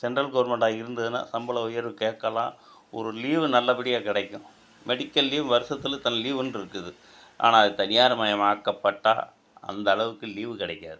central கவுர்மெண்ட்டாக இருந்ததுன்னால் சம்பள உயர்வு கேட்கலாம் ஒரு லீவு நல்லபடியாக கிடைக்கும் மெடிக்கல் லீவ் வருஷத்தில் இத்தனை லீவுன்ருக்குது ஆனால் அது தனியார் மயமாக்கப்பட்டால் அந்த அளவுக்கு லீவு கிடைக்காது